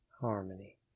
harmony